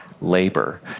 labor